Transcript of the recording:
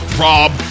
Rob